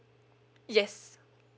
yes